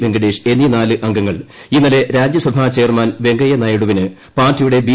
വെങ്കിടേഷ് എന്നീ നാല് അംഗങ്ങൾ ഇന്നലെ രാജ്യസഭാർ ചെയർമാൻ വെങ്കയ്യനായിഡുവിന് പാർട്ടിയുടെ ബി